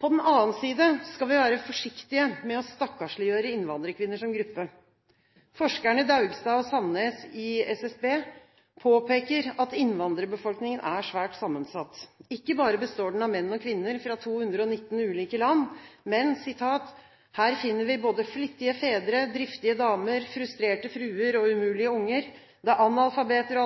På den annen side skal vi være forsiktige med å stakkarsliggjøre innvandrerkvinner som gruppe. Forskerne Daugstad og Sandnes i SSB påpeker at innvandrerbefolkningen er svært sammensatt. Ikke bare består den av menn og kvinner fra 213 ulike land, men «her finner vi både flittige fedre, driftige damer, frustrerte fruer og umulige unger. Det er analfabeter